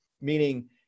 meaning